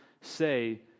say